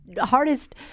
hardest